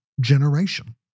generation